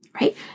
right